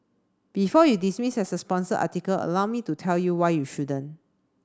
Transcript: before you dismiss this as a sponsored article allow me to tell you why you shouldn't